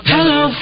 Hello